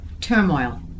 turmoil